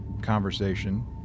conversation